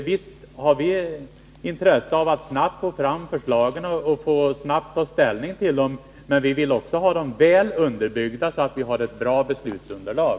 Visst har vi intresse av att snabbt få fram förslagen och snabbt få ta ställning till dem, men vi vill också ha dem väl underbyggda så att vi har ett bra beslutsunderlag.